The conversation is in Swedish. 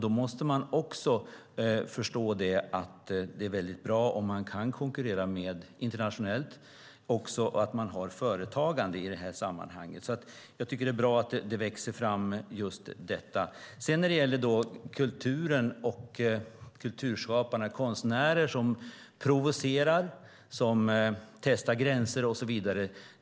Då måste man också förstå att det är bra om man kan konkurrera internationellt och att det finns företagande i sammanhanget. Det är bra att det växer fram sådana företag. Jag tycker att kulturskapare och konstnärer ska provocera och testa gränser.